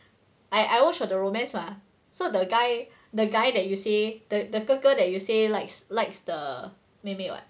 I I watched the romance [what] so the guy the guy that you say that the 哥哥 that you say likes likes the 妹妹 [what]